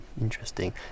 Interesting